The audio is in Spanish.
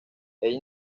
ella